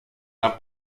d’un